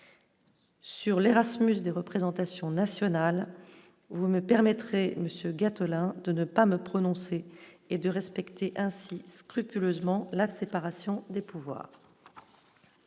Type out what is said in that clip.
Sur l'Erasmus des représentations nationales, vous me permettrez monsieur Gattolin de ne pas me prononcer et de respecter ainsi scrupuleusement la séparation des pouvoirs.